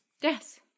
Yes